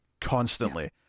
constantly